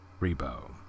Rebo